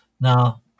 Now